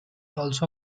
also